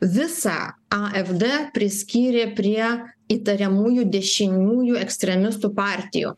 visą afd priskyrė prie įtariamųjų dešiniųjų ekstremistų partijų